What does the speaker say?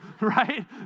right